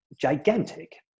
gigantic